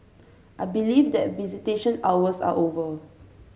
I believe that visitation hours are over